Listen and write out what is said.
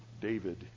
David